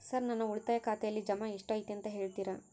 Sir ನನ್ನ ಉಳಿತಾಯ ಖಾತೆಯಲ್ಲಿ ಜಮಾ ಎಷ್ಟು ಐತಿ ಅಂತ ಹೇಳ್ತೇರಾ?